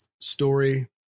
story